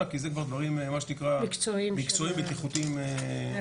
כי זה כבר דברים מה שנקרא מקצועיים בטיחותיים שלהם.